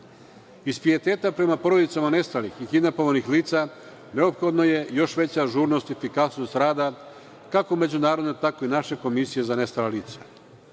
Iz prijeteta prema porodicama nestalih i kidnapovanih lica neophodna je još veća ažurnost i efikasnost rada kako međunarodne tako i naše Komisije za nestala lica.